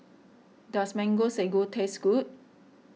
does Mango Sago taste good